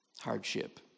Hardship